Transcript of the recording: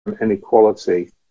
inequality